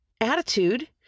attitude